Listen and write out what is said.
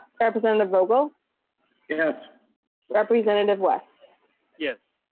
representative rogel yes representative less yes.